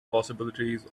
possibilities